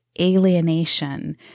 alienation